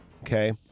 Okay